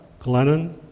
Glennon